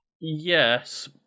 Yes